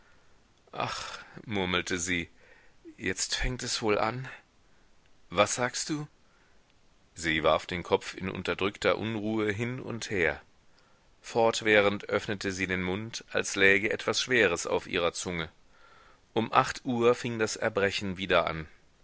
ach murmelte sie jetzt fängt es wohl an was sagst du sie warf den kopf in unterdrückter unruhe hin und her fortwährend öffnete sie den mund als läge etwas schweres auf ihrer zunge um acht uhr fing das erbrechen wieder an